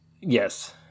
Yes